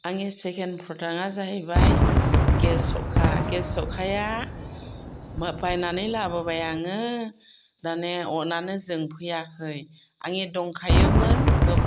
आंनि सेकेन्ड प्रडाक्टआ जाहैबाय गेस सौखा गेस सौखाया बायनानै लाबोबाय आङो दानिया अनानो जोंफैयाखै आंनि दंखायोमोन